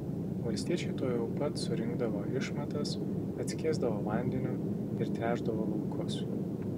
valstiečiai tuojau pat surinkdavo išmatas atskiesdavo vandeniu ir tręšdavo laukus